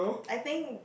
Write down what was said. I think